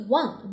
one